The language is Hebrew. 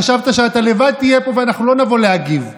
חשבת שתהיה פה לבד ואנחנו לא נבוא להגיב?